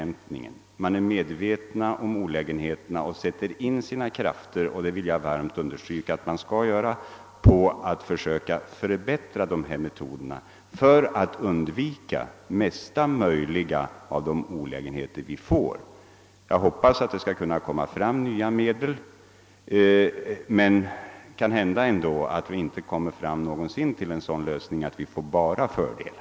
Man är, som sagt, medveten om olägenheterna och sätter in sina krafter — vilket jag vill understryka att man skall göra — på att försöka förbättra metoden och kunna eliminera olägenheterna i största möjliga utsträckning. Jag hoppas att man skall finna nya medel, men kanske når vi aldrig en lösning som innebär enbart fördelar.